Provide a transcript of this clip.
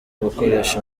ugukoresha